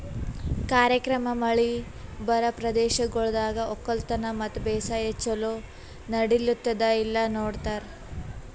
ಕಾರ್ಯಕ್ರಮ ಮಳಿ ಬರಾ ಪ್ರದೇಶಗೊಳ್ದಾಗ್ ಒಕ್ಕಲತನ ಮತ್ತ ಬೇಸಾಯ ಛಲೋ ನಡಿಲ್ಲುತ್ತುದ ಇಲ್ಲಾ ನೋಡ್ತಾರ್